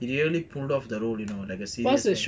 he really pull off the role you know like a